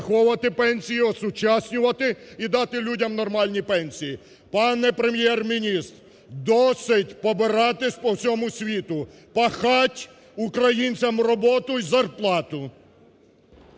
Пане Прем'єр-міністр досить побиратись по всьому світу: пахать, українцям роботу і зарплату.